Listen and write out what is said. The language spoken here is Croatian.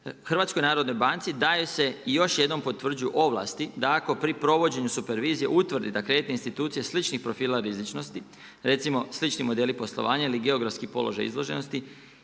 Hrvatskoj narodnoj banci daje se i još jednom potvrđuju ovlasti, da ako pri provođenju supervizije utvrdi da kreditne institucije sličnih profila rizičnosti, recimo slični modeli poslovanja ili geografski položaj izloženosti